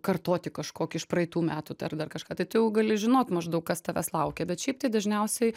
kartoti kažkokį iš praeitų metų t ar dar kažką tai tu jau gali žinot maždaug kas tavęs laukia bet šiaip tai dažniausiai